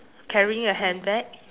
carrying a handbag